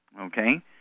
Okay